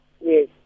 Yes